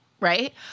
Right